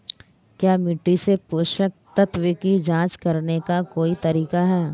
क्या मिट्टी से पोषक तत्व की जांच करने का कोई तरीका है?